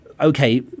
okay